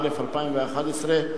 התשע"א 2011,